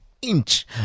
inch